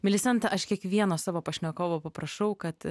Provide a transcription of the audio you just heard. milisenta aš kiekvieno savo pašnekovo paprašau kad